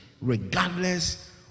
Regardless